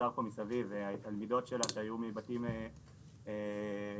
התלמידות שלה שנשרו ממסגרות,